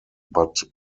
but